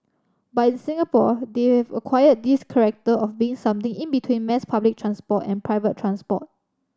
but in Singapore they've acquired this corrector of being something in between mass public transport and private transport